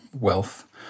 wealth